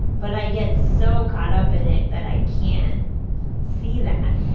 but i get so caught up in it that i can't see that.